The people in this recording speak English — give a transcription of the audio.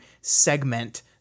segment